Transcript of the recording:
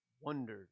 wondered